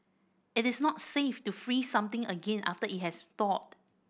it is not safe to freeze something again after it has thawed